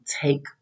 take